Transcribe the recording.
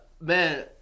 Man